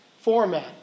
format